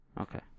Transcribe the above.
Okay